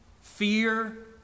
fear